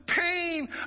pain